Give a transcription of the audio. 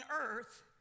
earth